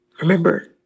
Remember